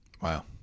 Wow